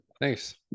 Thanks